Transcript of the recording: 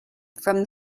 from